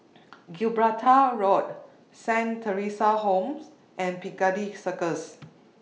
Gibraltar Road Saint Theresa's Homes and Piccadilly Circus